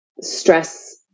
stress